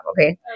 Okay